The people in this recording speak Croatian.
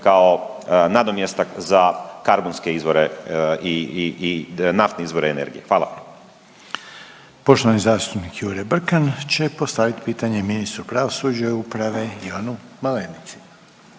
kao nadomjestak za karbonske izvore i naftne izvore energije. Hvala. **Reiner, Željko (HDZ)** Poštovani zastupnik Jure Brkan će postaviti pitanje ministru pravosuđa i uprave Ivanu Malenici.